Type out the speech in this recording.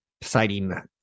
citing